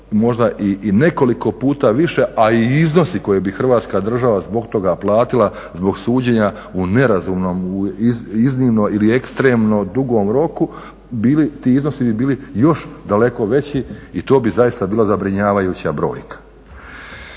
možda i nekoliko puta više a i iznosi koji bi Hrvatska država zbog toga platila, zbog suđenja u nerazumnom, iznimno ili ekstremno dugom roku bili ti, ti iznosi bi bili još daleko veći i to bi zaista bilo zabrinjavajuća brojka.